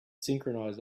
synchronize